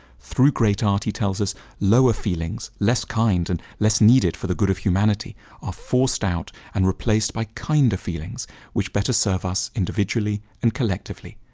through great art, he tells, us lower feelings less kind and less needed for the good of humanity are forced out and replaced by kinder feelings which better serve us individually and collectively.